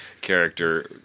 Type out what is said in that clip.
character